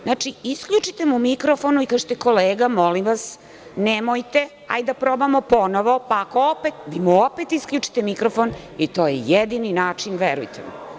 Znači, isključite mu mikrofon i kažite kolega molim vas nemojte, hajde da probamo ponovo, pa ako opet, vi mu opet isključite mikrofon i to je jedini način, verujte mi.